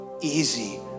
easy